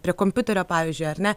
prie kompiuterio pavyzdžiui ar ne